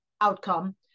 outcome